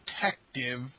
detective